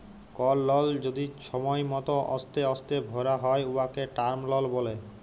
call লল যদি ছময় মত অস্তে অস্তে ভ্যরা হ্যয় উয়াকে টার্ম লল ব্যলে